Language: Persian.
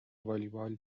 والیبال